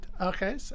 Okay